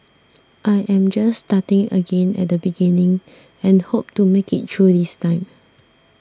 I am just starting again at the beginning and hope to make it through this time